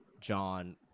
John